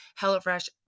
HelloFresh